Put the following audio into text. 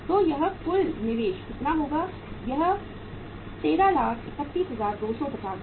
तो यह कुल निवेश कितना होगा यह 1331250 है